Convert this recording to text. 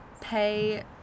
pay